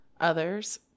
others